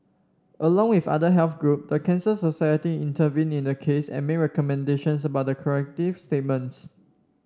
along with other health group the Cancer Society intervened in the case and made recommendations about the corrective statements